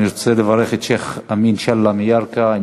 אני רוצה לברך את שיח' אמין שלה מירכא שהגיע,